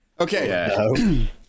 Okay